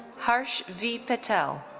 harsh v. patel.